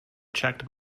checked